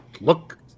look